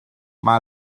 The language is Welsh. mae